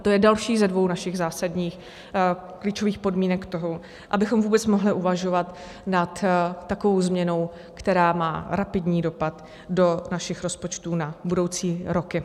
To je další ze dvou našich zásadních klíčových podmínek toho, abychom vůbec mohli uvažovat nad takovou změnou, která má rapidní dopad do našich rozpočtů na budoucí roky.